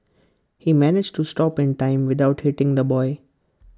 he managed to stop in time without hitting the boy